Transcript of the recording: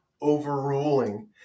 overruling